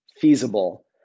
feasible